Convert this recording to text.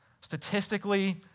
statistically